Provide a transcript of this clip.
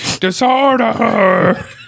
disorder